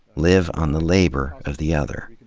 live on the labor of the other.